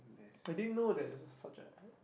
I didn't know that is a subject